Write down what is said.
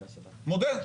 מודה.